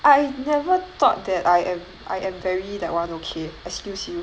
I never thought that I am I am very that [one] okay excuse you